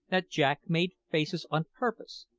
that jack made faces on purpose,